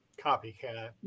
copycat